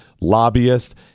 lobbyists